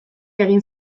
egin